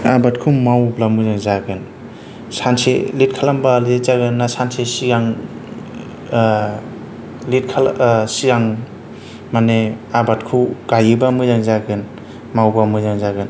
आबादखौ मावोब्ला मोजां जागोन सानसे लेट खालामबा लेट जागोन ना सानसे सिगां लेट खालाम सिगां माने आबादखौ गायोबा मोजां जागोन मावबा मोजां जागोन